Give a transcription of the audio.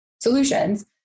solutions